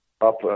up